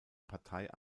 partei